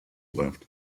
left